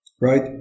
right